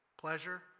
pleasure